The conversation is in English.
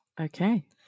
okay